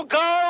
go